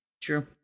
True